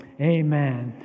Amen